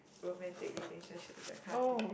romantic relationships that kind of thing